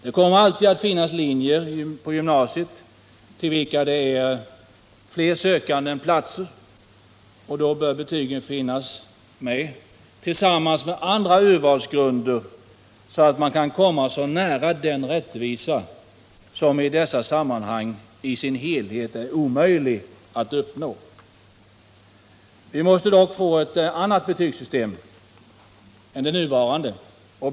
Det kommer alltid att finnas linjer på gymnasiet till vilka det är fler sökande än platser, och då bör betygen finnas tillsammans med andra urvalsgrunder, så att man kan komma så nära som möjligt till den rättvisa som i sin helhet är omöjlig att uppnå. Vi måste dock få ett annat betygsystem än det nuvarande.